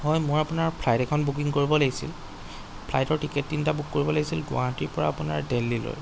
হয় মই আপোনাৰ ফ্লাইট এখন বুকিং কৰিব লাগিছিল ফ্লাইটৰ টিকেট তিনিটা বুক কৰিব লাগিছিল গুৱাহাটীৰপৰা আপোনাৰ দেল্হীলৈ